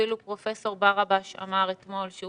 אפילו פרופ' ברבש אמר אתמול, שהוא